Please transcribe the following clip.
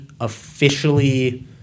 officially